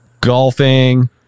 golfing